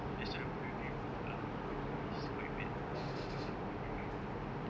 that's why I would rather go to army ah even though it's quite bad for some people